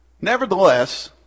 Nevertheless